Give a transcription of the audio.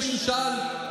מישהו שאל,